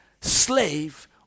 slave